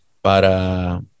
para